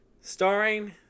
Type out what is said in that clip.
Starring